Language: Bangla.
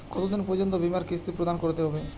কতো দিন পর্যন্ত বিমার কিস্তি প্রদান করতে হবে?